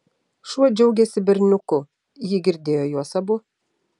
šuo džiaugėsi berniuku ji girdėjo juos abu